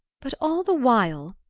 but all the while,